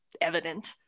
evident